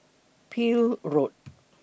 Peel Road